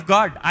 God